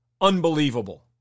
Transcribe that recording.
Unbelievable